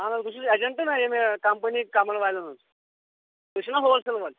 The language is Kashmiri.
آہَن حظ بہٕ چھُس ایجنٹ نا ییٚمہِ کَمپٕنی کَمَل والیٚن ہٕنٛز تُہۍ چھِو نا ہول سیل وٲلۍ